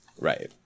Right